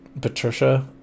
Patricia